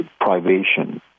privation